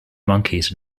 monkeys